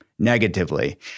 negatively